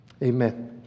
Amen